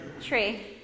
Tree